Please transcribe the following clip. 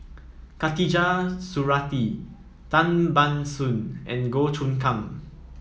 Khatijah Surattee Tan Ban Soon and Goh Choon Kang